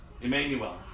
Emmanuel